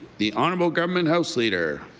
the honorable government house leader?